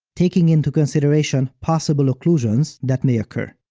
taking into consideration possible occlusions that may occur.